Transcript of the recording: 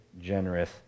generous